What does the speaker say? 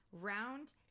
Round